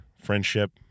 friendship